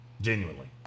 genuinely